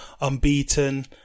unbeaten